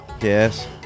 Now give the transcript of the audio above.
Yes